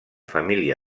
família